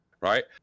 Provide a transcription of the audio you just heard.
Right